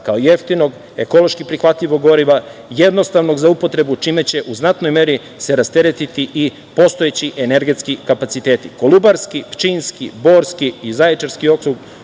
kao jeftinog, ekološki prihvatljivog goriva, jednostavnog za upotrebu, čime će se u znatnoj meri rasteretiti i postojeći energetski kapaciteti. Kolubarski, Pčinjski, Borski i Zaječarski okrug